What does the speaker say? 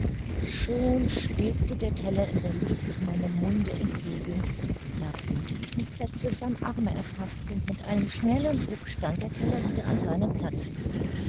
schon schwebte der teller in der luft meinem munde entgegen da fühlte ich mich plötzlich am arme erfaßt und mit einem schnellen ruck stand der teller wieder an seinem platze